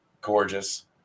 gorgeous